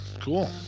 cool